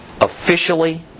officially